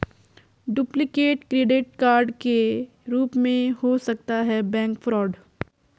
duplicate credit card के रूप में हो सकता है बैंक फ्रॉड